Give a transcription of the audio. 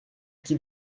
qui